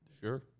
Sure